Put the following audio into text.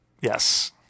Yes